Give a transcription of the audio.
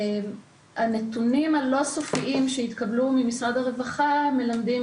הנתונים הלא סופיים שהתקבלו ממשרד הרווחה מלמדים